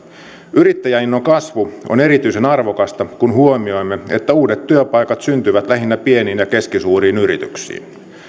yrittäjäinnon kasvu on erityisen arvokasta kun huomioimme että uudet työpaikat syntyvät lähinnä pieniin ja keskisuuriin yrityksiin